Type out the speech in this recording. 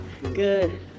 Good